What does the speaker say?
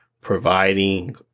providing